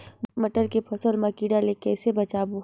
मटर के फसल मा कीड़ा ले कइसे बचाबो?